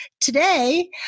Today